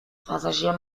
passagier